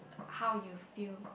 how you feel